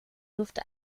durfte